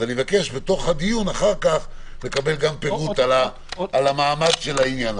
אני מבקש בתוך הדיון אחר כך לקבל גם פירוט על המעמד של העניין הזה.